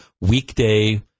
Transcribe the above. weekday